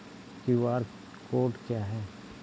QR code क्या है?